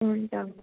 हुन्छ हुन्छ